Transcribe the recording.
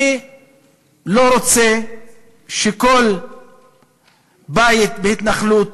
אני לא רוצה שכל בית בהתנחלות,